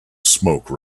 smoke